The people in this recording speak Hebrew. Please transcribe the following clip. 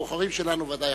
והבוחרים שלנו יחליטו.